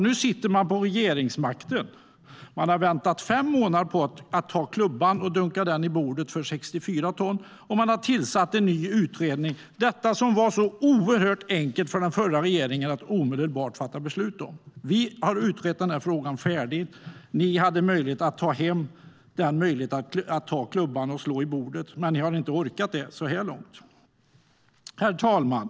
Nu sitter man på regeringsmakten. Man har väntat i fem månader med att ta klubben och dunka den i bordet och därmed tillåta 64 tons lastbilar, och man har tillsatt en ny utredning. Detta ansåg man var så oerhört enkelt för den förra regeringen att omedelbart fatta beslut om. Vi har utrett denna fråga färdigt. Ni hade möjlighet att klubba igenom detta. Men ni har inte orkat det så här långt. Herr talman!